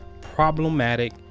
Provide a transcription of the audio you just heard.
problematic